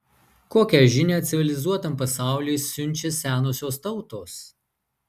kokią žinią civilizuotam pasauliui siunčia senosios tautos